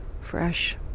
fresh